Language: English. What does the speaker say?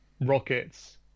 Rockets